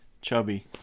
Chubby